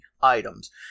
items